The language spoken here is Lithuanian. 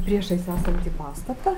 priešais esantį pastatą